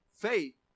Faith